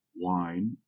wine